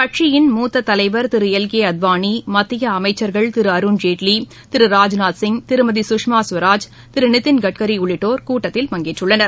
கட்சியின் மூத்த தலைவர் திரு எல் கே அத்வாளி மத்திய அமைச்சர்கள் திரு அருண்ஜேட்லி திரு ராஜ்நாத் சிங் திருமதி சுஷ்மா ஸ்வராஜ் திரு நிதின்கட்காரி உள்ளிட்டோர் இக்கூட்டத்தில் பங்கேற்றுள்ளனர்